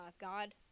God